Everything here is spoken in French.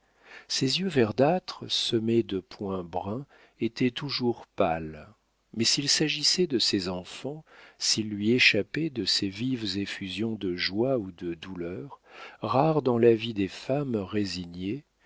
ses yeux verdâtres semés de points bruns étaient toujours pâles mais s'il s'agissait de ses enfants s'il lui échappait de ces vives effusions de joie ou de douleur rares dans la vie des femmes résignées